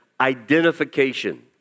identification